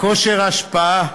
כושר השפעה,